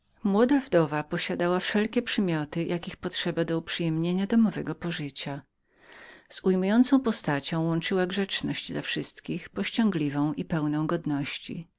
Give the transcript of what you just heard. młoda wdowa posiadała wszelkie przymioty jakich potrzeba było do uprzyjemnienia domowego pożycia z ujmującą postacią łączyła grzeczność dla wszystkich niewystępującą jednak z granic najściślejszej godności